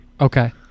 Okay